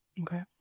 Okay